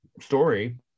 story